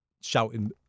shouting